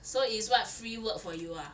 so is what free work for you ah